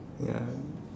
ya